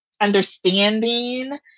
understanding